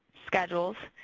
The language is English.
schedules,